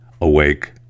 Awake